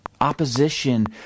Opposition